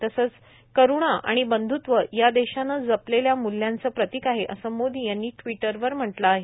तसंच करुणा आणि बंध्त्व या देशानं जपलेल्या मूल्यांचं प्रतिक आहे असं मोदी यांनी ट्विटरवर म्हटलं आहे